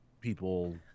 people